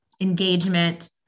engagement